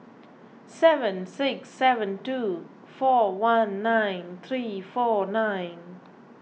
seven six seven two four one nine three four nine